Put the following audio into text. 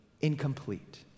incomplete